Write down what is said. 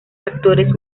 actores